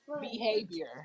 behavior